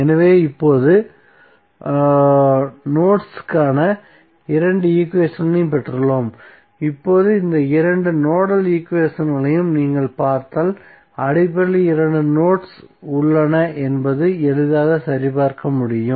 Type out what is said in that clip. எனவே இப்போது நோட்ஸ் க்கான இரண்டு ஈக்குவேஷன்களையும் பெற்றுள்ளோம் இப்போது இந்த இரண்டு நோடல் ஈக்குவேஷன்களையும் நீங்கள் பார்த்தால் அடிப்படையில் இரண்டு நோட்ஸ் உள்ளன என்பதை எளிதாக சரிபார்க்க முடியும்